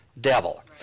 devil